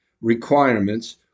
requirements